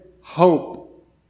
hope